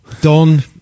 Don